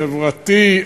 חברתי,